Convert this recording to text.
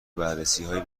بررسیهای